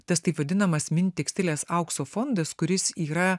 tas taip vadinamas mini tekstilės aukso fondas kuris yra